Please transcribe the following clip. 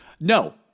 No